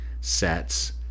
sets